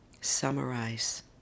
summarize